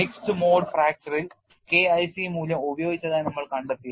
mixed mode ഫ്രാക്ചറിൽ K IC മൂല്യം ഉപയോഗിച്ചതായി നമ്മൾ കണ്ടെത്തി